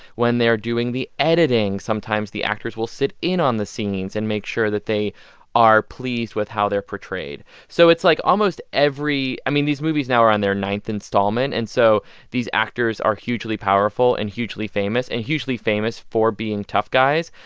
when they're doing the editing, sometimes the actors will sit in on the scenes and make sure that they are pleased with how they're portrayed so it's like almost every i mean, these movies now are on their ninth installment. and so these actors are hugely powerful and hugely famous and hugely famous for being tough guys.